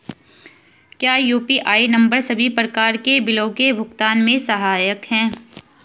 क्या UPI number सभी प्रकार के बिलों के भुगतान में सहायक हैं?